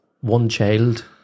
one-child